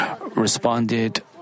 responded